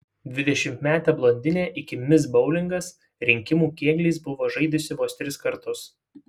dvidešimtmetė blondinė iki mis boulingas rinkimų kėgliais buvo žaidusi vos tris kartus